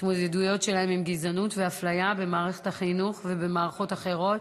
התמודדויות שלהם עם גזענות ואפליה במערכת החינוך ובמערכות אחרות.